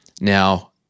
Now